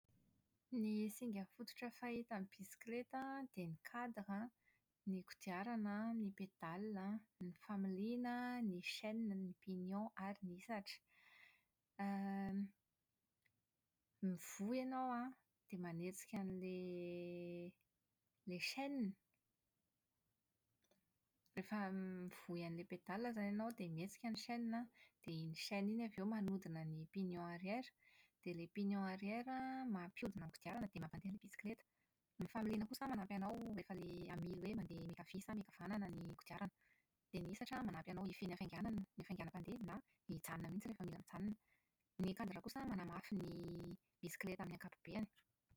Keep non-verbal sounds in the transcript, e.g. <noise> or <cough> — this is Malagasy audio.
Ny singa fototra fahita amin'ny bisikilety an dia ny cadre, ny kodiarana, ny pédales, ny familiana, ny chaîne, ny pignon ary ny hisatra. <hesitation> > Mivoy ianao an, dia manetsika an'ilay ilay chaîne, rehefa mivoy an'ilay pédales izany ianao dia mihetsika ilay chaine an dia ny pignon arrière. Dia ilay pignon arrière mampihodina ny kodiarana dia mampandeha an'ilay bisikilety. Ny familiana kosa manampy anao rehefa ilay hamily hoe mandeha miankavia sa miankavanana ny kodiarana. Dia ny hisatra an manampy anao hifehy ny hafainganana ny hafaiganam-pandeha na hijanona mihitsy rehefa mila mijanona. Ny cadre kosa manamafy ny bisikilety amin'ny ankapobeny.